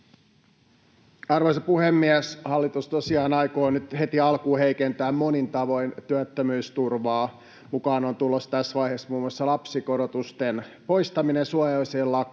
Arvoisa puhemies! Hallitus tosiaan aikoo nyt heti alkuun heikentää monin tavoin työttömyysturvaa. Mukaan on tulossa tässä vaiheessa muun muassa lapsikorotusten poistaminen, suojaosien lakkauttaminen